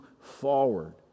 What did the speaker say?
forward